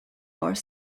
are